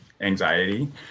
anxiety